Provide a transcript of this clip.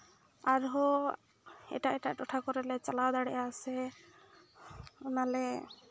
ᱟᱨᱦᱚᱸ ᱮᱴᱟᱜ ᱮᱴᱟᱜ ᱴᱚᱴᱷᱟ ᱠᱚᱨᱮᱞᱮ ᱪᱟᱞᱟᱣ ᱫᱟᱲᱮᱭᱟᱜ ᱥᱮ ᱚᱱᱟᱞᱮ